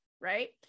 right